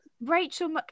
Rachel